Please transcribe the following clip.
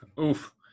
Oof